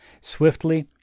Swiftly